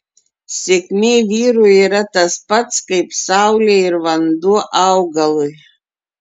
sėkmė vyrui yra tas pats kaip saulė ir vanduo augalui